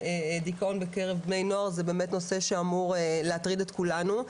ודיכאון בקרב בני נוער זה באמת נושא שאמור להטריד את כולנו.